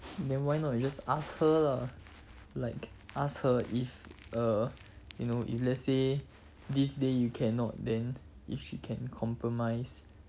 then why not you just ask her lah like ask her if err you know if let's say this day you cannot then if she can compromise